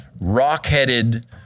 rock-headed